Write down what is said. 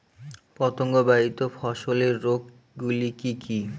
পতঙ্গবাহিত ফসলের রোগ গুলি কি কি?